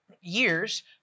years